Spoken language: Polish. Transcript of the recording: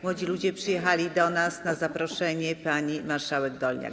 Młodzi ludzie przyjechali do nas na zaproszenie pani marszałek Dolniak.